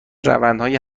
روندهای